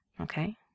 Okay